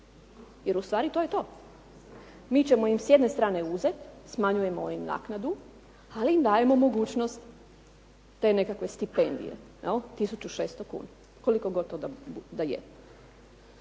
Jer ustvari to je to. Mi ćemo im s jedne strane uzeti, smanjujemo im naknadu, ali im dajemo mogućnost te nekakve stipendije jel' 1600 kuna, koliko god to da je.